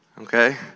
okay